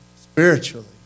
spiritually